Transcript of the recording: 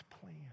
plan